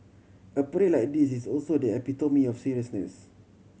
a parade like this is also the epitome of seriousness